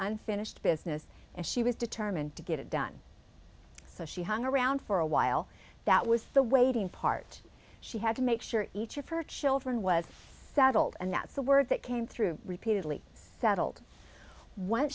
unfinished business and she was determined to get it done so she hung around for a while that was the waiting part she had to make sure each of her children was settled and that's the word that came through repeatedly settled when